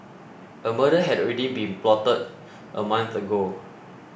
a murder had already been plotted a month ago